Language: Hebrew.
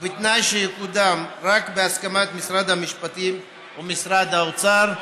ובתנאי שתקודם רק בהסכמת משרד המשפטים ומשרד האוצר.